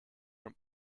from